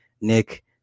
Nick